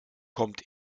kommt